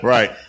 Right